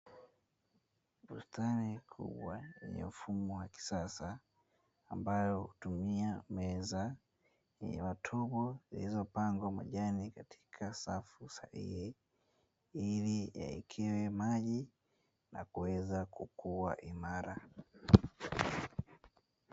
Bustani kubwa ya mfumo wa kisasa, ambayo hutumia meza yenye matobo zilizopangwa majani katika safu sahihi, ili yawekewe maji na kuweza kukua imara .